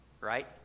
right